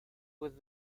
with